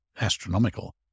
astronomical